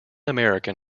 american